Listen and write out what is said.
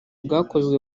bwakozwe